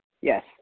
Yes